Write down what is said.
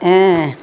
ஆ